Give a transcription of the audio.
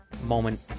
moment